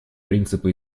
принципа